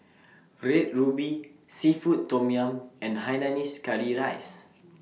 Red Ruby Seafood Tom Yum and Hainanese Curry Rice